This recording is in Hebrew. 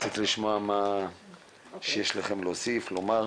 רציתי לשמוע מה יש לכם להוסיף, לומר.